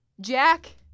Jack